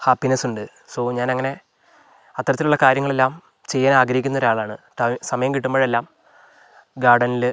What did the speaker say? happiness ഉണ്ട് so ഞാൻ അങ്ങനെ അത്തരത്തിലുള്ള കാര്യങ്ങളെല്ലാം ചെയ്യാനാഗ്രഹിക്കുന്ന ഒരാളാണ് ടൈ സമയം കിട്ടുമ്പോഴെല്ലാം ഗാർഡനില്